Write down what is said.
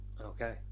okay